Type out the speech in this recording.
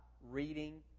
reading